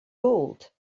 old